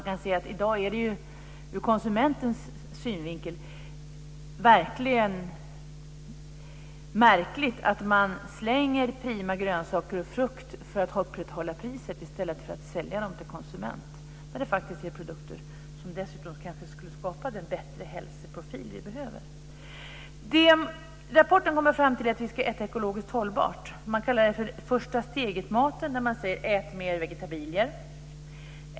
I dag är det ur konsumentens synvinkel verkligen märkligt att man slänger prima grönsaker och frukt för att upprätthålla priset i stället för att sälja dem till konsumenterna. Det är ju faktiskt produkter som dessutom kanske skulle skapa den bättre hälsoprofil som vi behöver. I rapporten kommer man fram till att vi ska äta ekologiskt hållbart. Man kallar det för första stegetmaten och säger: Ät mer vegetabilier!